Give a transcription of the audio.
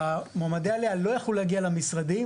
ושמועמדי העלייה לא יכלו להגיע למשרדים,